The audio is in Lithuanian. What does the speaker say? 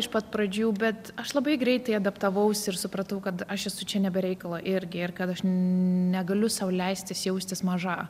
iš pat pradžių bet aš labai greitai adaptavausi ir supratau kad aš esu čia ne be reikalo irgi ir kad aš negaliu sau leistis jaustis maža